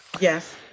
Yes